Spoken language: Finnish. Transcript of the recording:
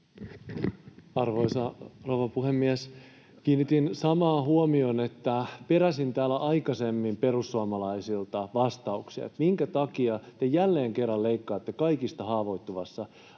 Arvoisa rouva puhemies! Kiinnitin samaan huomion. Peräsin täällä aikaisemmin perussuomalaisilta vastauksia siihen, minkä takia te jälleen kerran leikkaatte kaikista haavoittuvimmassa